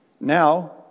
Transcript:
Now